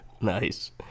Nice